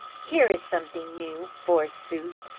here is something new, forsooth.